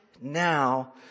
now